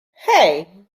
hey